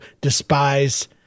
despise